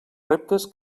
reptes